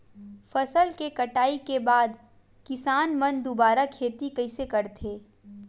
फसल के कटाई के बाद किसान मन दुबारा खेती कइसे करथे?